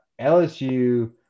LSU